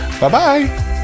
Bye-bye